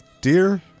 Dear